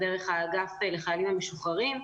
דרך האגף לחיילים המשוחררים,